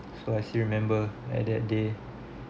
so as you remember at that day